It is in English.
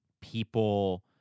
people